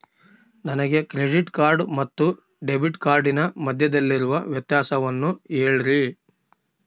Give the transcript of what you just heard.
ನನಗೆ credit card ಮತ್ತು debit ಕಾರ್ಡಿನ ಮಧ್ಯದಲ್ಲಿರುವ ವ್ಯತ್ಯಾಸವನ್ನು ಹೇಳ್ರಿ?